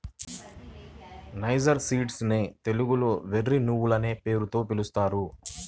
niger seeds నే తెలుగులో వెర్రి నువ్వులనే పేరుతో పిలుస్తారు